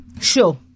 Sure